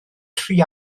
tri